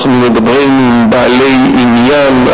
אנחנו מדברים עם בעלי עניין,